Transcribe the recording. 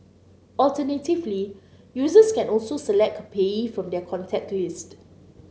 alternatively users can also select a payee from their contact list